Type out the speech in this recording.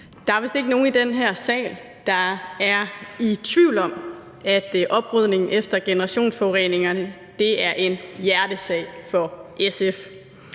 Der er vist ikke nogen i den her sal, der er i tvivl om, at oprydning efter generationsforureningerne er en hjertesag for SF.